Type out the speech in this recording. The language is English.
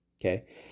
okay